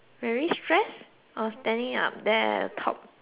or standing up there the top